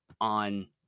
on